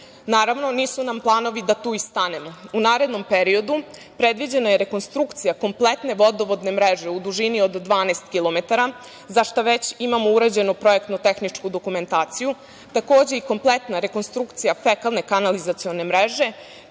Naravno, nisu nam planovi da tu i stanemo. U narednom periodu predviđena je rekonstrukcija kompletne vodovodne mreže u dužini od 12 kilometara, za šta već imamo urađenu projektno-tehničku dokumentaciju, takođe i kompletna rekonstrukcija fekalne kanalizacione mreže,